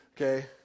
Okay